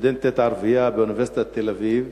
סטודנטית ערבייה באוניברסיטת תל-אביב: